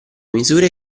misure